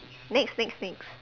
next next next